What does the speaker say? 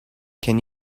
can